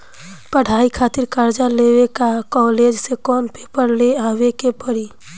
पढ़ाई खातिर कर्जा लेवे ला कॉलेज से कौन पेपर ले आवे के पड़ी?